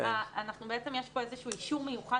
יש פה אישור מיוחד